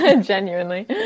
Genuinely